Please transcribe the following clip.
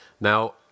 Now